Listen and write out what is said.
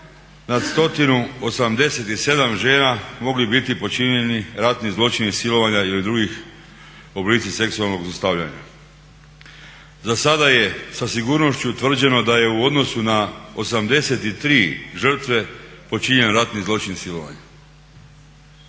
nad 187 žena mogli biti počinjeni ratni zločini silovanja ili drugi oblici seksualnog zlostavljanja. Za sada je sa sigurnošću utvrđeno da je u odnosu na 83 žrtve počinjen ratni zločin silovanja.